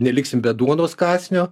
neliksim be duonos kąsnio